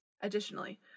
Additionally